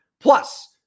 Plus